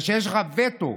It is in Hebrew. ושיש לך וטו.